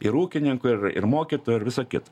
ir ūkininkų ir ir mokytojų ir visa kita